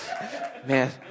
Man